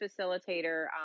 facilitator